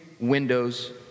windows